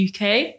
uk